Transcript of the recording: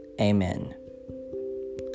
Amen